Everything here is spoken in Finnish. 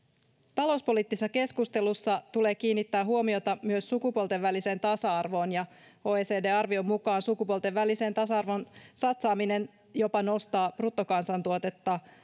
talouspoliittisessa keskustelussa tulee kiinnittää huomiota myös sukupuolten väliseen tasa arvoon ja oecdn arvion mukaan sukupuolten väliseen tasa arvoon satsaaminen jopa nostaa bruttokansantuotetta